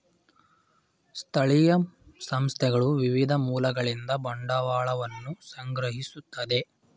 ಸ್ಥಳೀಯ ಸಂಸ್ಥೆಗಳು ವಿವಿಧ ಮೂಲಗಳಿಂದ ಬಂಡವಾಳವನ್ನು ಸಂಗ್ರಹಿಸುತ್ತದೆ